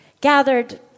gathered